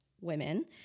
women